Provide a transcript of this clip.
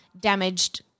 damaged